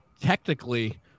Technically